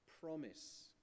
promise